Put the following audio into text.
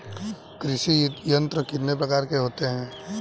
कृषि यंत्र कितने प्रकार के होते हैं?